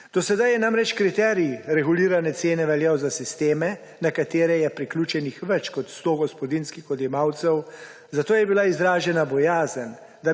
Do sedaj je namreč kriterij regulirane cene veljal za sistem, na katere je priključenih več kot 100 gospodinjskih odjemalcev, zato je bila izražena bojazen,